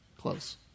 close